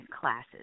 Classes